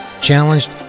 challenged